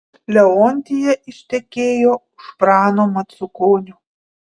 leontija ištekėjo už prano macukonio